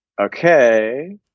okay